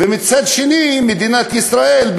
ומצד שני מדינת ישראל,